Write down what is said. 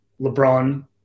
LeBron